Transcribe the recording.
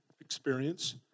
experience